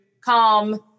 calm